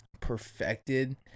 perfected